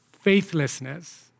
faithlessness